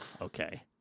Okay